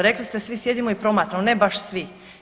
Rekli ste svi sjedimo i promatramo, ne baš svi.